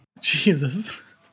Jesus